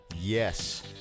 Yes